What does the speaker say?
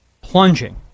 plunging